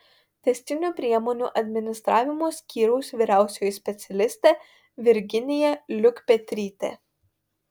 tęstinių priemonių administravimo skyriaus vyriausioji specialistė virginija liukpetrytė